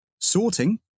Sorting